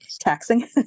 taxing